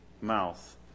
mouth